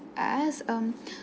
us um